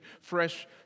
fresh